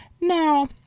Now